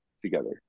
together